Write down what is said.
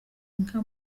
inka